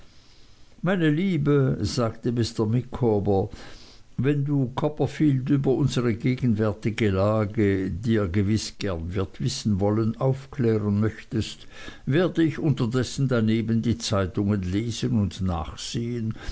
meine liebe sagte mr micawber wenn du copperfield über unsre gegenwärtige lage die er gewiß gern wissen wird wollen aufklären möchtest werde ich unterdessen daneben die zeitungen lesen und nachsehen